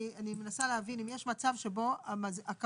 אני מנסה להבין אם יש מצב שבו הקבלן,